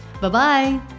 Bye-bye